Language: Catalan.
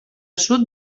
sud